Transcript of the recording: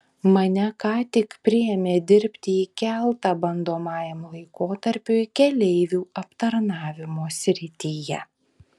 mane ką tik priėmė dirbti į keltą bandomajam laikotarpiui keleivių aptarnavimo srityje